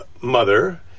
Mother